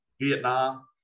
vietnam